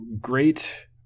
great